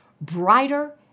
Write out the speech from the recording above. brighter